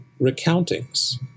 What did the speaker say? recountings